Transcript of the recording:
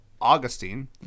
Augustine